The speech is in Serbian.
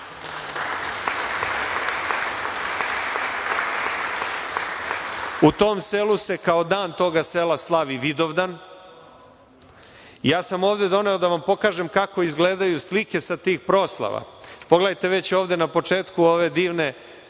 U tom selu se kao dan toga sela slavi Vidovdan. Ja sam ovde doneo da vam pokažem kako izgledaju slike sa tih proslava. Pogledajte već ovde na početku ove divne